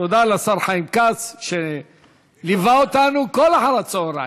תודה לשר חיים כץ, שליווה אותנו כל אחר-הצהריים.